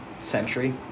century